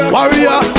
Warrior